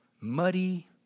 muddy